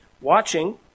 watching